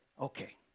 Okay